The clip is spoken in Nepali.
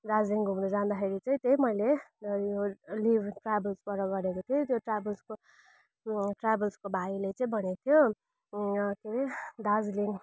दार्जिलिङ घुम्नु जाँदाखेरि चाहिँ त्यही मैले मैले यो लिभ ट्राभल्सबाट गरेको थिएँ त्यो ट्राभल्सको त्यो ट्राभल्सको भाइले चाहिँ भनेको थियो के अरे दार्जिलिङ